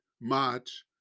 March